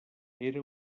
era